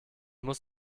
muss